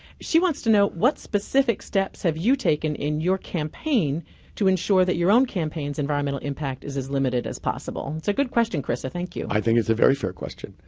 she wants to know what specific steps have you taken in your campaign to ensure that your own campaign's environmental impact is as limited as possible. it's a good question, karissa, thank you. i think it's a very fair question.